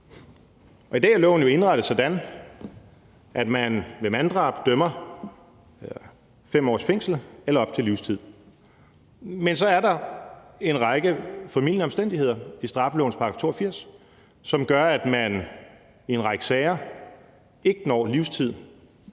i dag er loven jo indrettet sådan, at man ved manddrab idømmer 5 års fængsel eller op til livstid. Men så er der en række formildende omstændigheder i straffelovens § 82, som gør, at man i en række sager ikke når livstid,